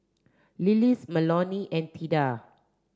Lillis Melonie and Theda